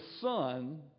son